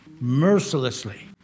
mercilessly